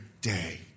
day